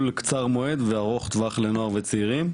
קצר מועד וארוך טווח לנוער וצעירים.